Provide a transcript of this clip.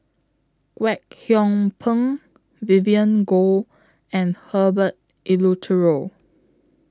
Kwek Hong Png Vivien Goh and Herbert Eleuterio